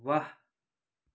वाह